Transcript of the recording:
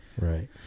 right